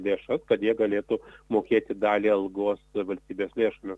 lėšas kad jie galėtų mokėti dalį algos valstybės lėšomis